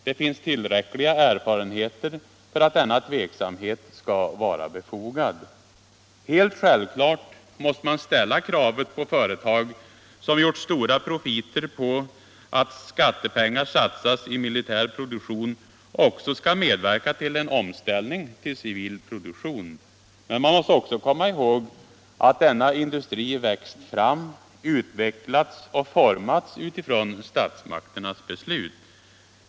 Det finns tillräckliga erfarenheter för att denna tveksamhet skall vara befogad. Helt självklart måste man ställa det kravet på företag, som gjort stora profiter på att skattepengar satsats i militär produktion, att de också skall medverka till en omställning till civil produktion. Men man måste också komma ihåg att denna industri växt fram, utvecklats och formats med utgångspunkt i statsmakternas beslut.